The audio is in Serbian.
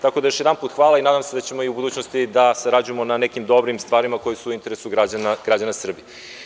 Tako da, još jednom hvala i nadam se da ćemo i u budućnosti da sarađujemo na nekim dobrim stvarima koje su u interesu građana Srbije.